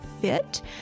fit